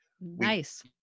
Nice